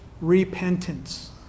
Repentance